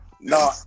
no